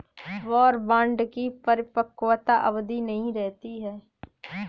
war bond की परिपक्वता अवधि नहीं रहती है